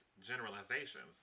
generalizations